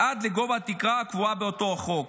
עד לגובה התקרה הקבועה באותו החוק.